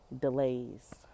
delays